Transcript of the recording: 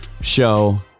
show